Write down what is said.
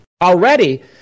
Already